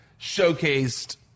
showcased